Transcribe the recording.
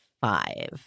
five